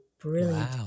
brilliant